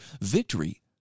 victory